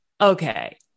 okay